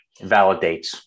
Validates